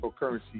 cryptocurrency